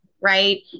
right